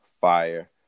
Fire